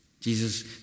Jesus